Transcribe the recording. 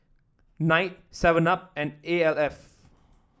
knight Seven Up and A L F